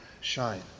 shine